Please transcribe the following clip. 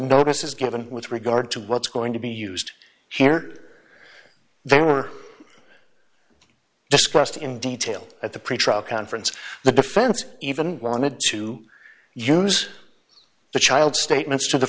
notice is given with regard to what's going to be used here very or discussed in detail at the pretrial conference the defense even wanted to use the child statements to the